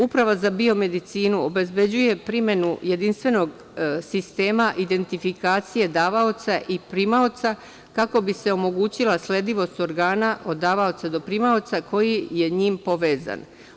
Uprava za biomedicinu obezbeđuje primenu jedinstvenog sistema identifikacije davaoca i primaoca, kako bi se omogućila sledljivost organa od davaoca do primaoca koji je njim povezan.